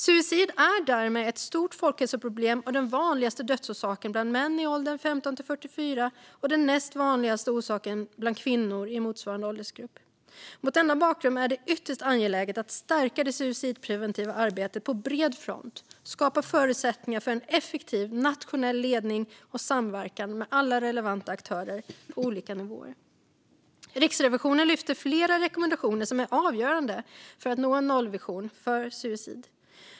Suicid är därmed ett stort folkhälsoproblem och den vanligaste dödsorsaken bland män i åldrarna 15-44 år och den näst vanligaste dödsorsaken bland kvinnor i motsvarande åldersgrupp. Mot denna bakgrund är det ytterst angeläget att stärka det suicidpreventiva arbetet på bred front och att skapa förutsättningar för en effektiv nationell ledning och samverkan med alla relevanta aktörer på olika nivåer. Riksrevisionen lyfter flera rekommendationer som är avgörande för att nå en nollvision för suicid.